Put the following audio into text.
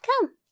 come